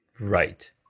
right